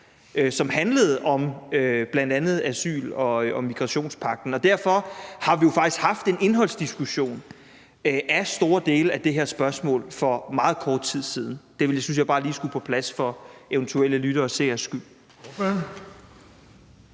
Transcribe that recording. som handlede om bl.a. asyl- og migrationspagten. Og derfor har vi jo faktisk haft en indholdsdiskussion af store dele af det her spørgsmål for meget kort tid siden. Det synes jeg bare lige skulle på plads for eventuelle lyttere og seeres skyld.